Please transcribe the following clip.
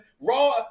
Raw